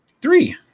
Three